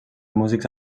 músics